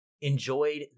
enjoyed